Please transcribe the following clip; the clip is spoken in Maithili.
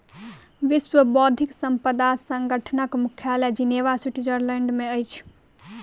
विश्व बौद्धिक संपदा संगठनक मुख्यालय जिनेवा, स्विट्ज़रलैंड में अछि